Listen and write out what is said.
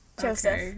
joseph